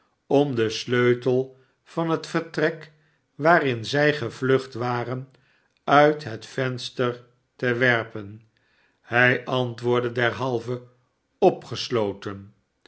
om den sleutel van het vertrek waarin zij gevlucht waren uit het venster te werpen hij antwoordde derhalve s opgesloten